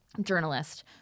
journalist